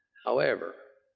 however,